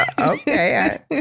Okay